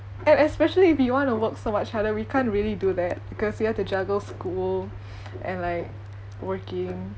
and especially if we want to work so much harder we can't really do that because we have to juggle school and like working